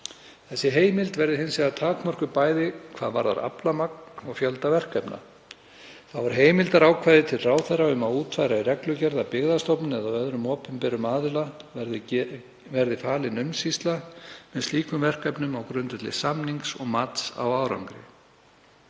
Þessi heimild verði hins vegar takmörkuð bæði hvað varðar aflamagn og fjölda verkefna. Þá er heimildarákvæði til ráðherra um að útfæra í reglugerð að Byggðastofnun eða öðrum opinberum aðila geti verið falin umsýsla með slíkum verkefnum á grundvelli samninga og mats á árangri.